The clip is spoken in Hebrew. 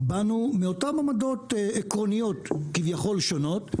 באנו מאותן עמדות עקרוניות כביכול שונות,